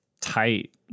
tight